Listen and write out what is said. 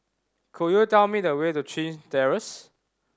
could you tell me the way to Chin Terrace